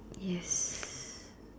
yes